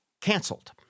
canceled